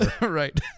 Right